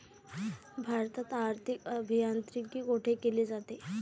भारतात आर्थिक अभियांत्रिकी कोठे केले जाते?